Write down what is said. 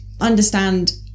understand